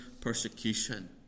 persecution